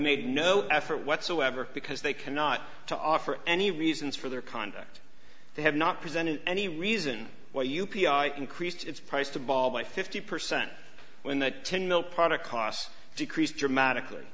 made no effort whatsoever because they cannot to offer any reasons for their conduct they have not presented any reason why u p i increased its price to ball by fifty percent when the ten mil product cost decreased dramatically